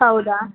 ಹೌದಾ